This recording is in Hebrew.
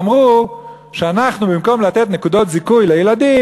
ואמרו שאנחנו במקום לתת נקודות זיכוי לילדים,